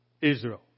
Israel